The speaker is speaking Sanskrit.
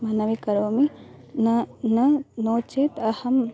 मनसि करोमि न न नो चेत् अहं